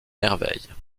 merveille